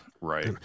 Right